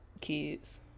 Kids